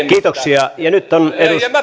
kiitoksia nyt on